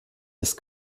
ist